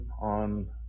on